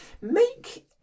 Make